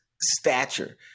stature